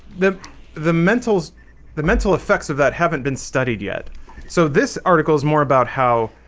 the the mentals the mental effects of that haven't been studied yet so this article is more about how?